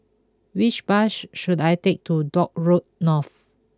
which bash should I take to Dock Road North